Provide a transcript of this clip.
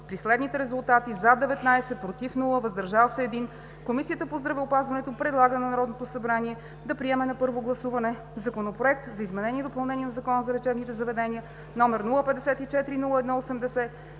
при следните резултати: „за“ 19, без „против“ и 1 „въздържал се“ Комисията по здравеопазването предлага на Народното събрание да приеме на първо гласуване Законопроект за изменение и допълнение на Закона за лечебните заведения, № 054-01-80,